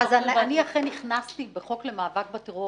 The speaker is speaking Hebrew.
אז אני אכן הכנסתי בחוק למאבק בטרור